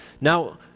Now